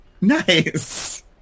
Nice